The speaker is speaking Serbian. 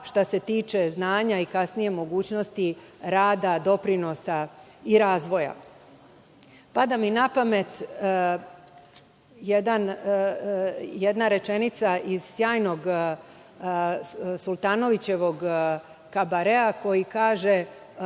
što se tiče znanja, a kasnije i mogućnosti rada, doprinosa i razvoja. Pada mi na pamet jedna rečenica iz sjajnog Sultanovićevog kabarea koji kaže